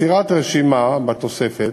יצירת רשימה, בתוספת,